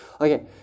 okay